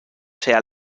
sea